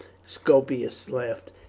scopus laughed.